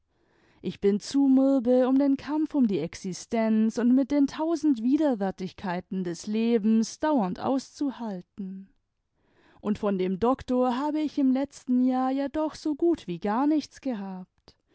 ich bin zu mürbe um den kampf um die existenz und mit den tausend widerwärtigkeiten des lebens dauernd auszuhalten und von dem doktor habe ich im letzten jahr ja doch so gut wie gar nichts gehabt